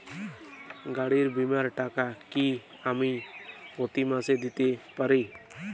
গাড়ী বীমার টাকা কি আমি প্রতি মাসে দিতে পারি?